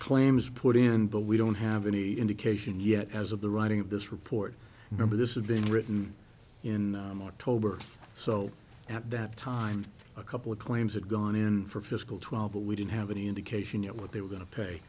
claims put in but we don't have any indication yet as of the writing of this report number this had been written in october so at that time a couple of claims had gone in for fiscal twelve but we didn't have any indication yet what they were going to pay